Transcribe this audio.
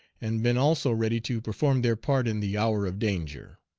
and been also ready to perform their part in the hour of danger.